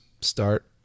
start